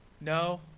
No